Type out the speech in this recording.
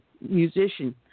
musician